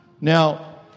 Now